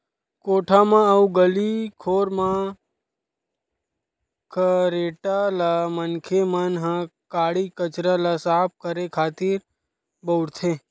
कोठा म अउ गली खोर म खरेटा ल मनखे मन ह काड़ी कचरा ल साफ करे खातिर बउरथे